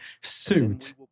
suit